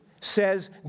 says